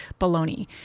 baloney